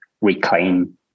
reclaim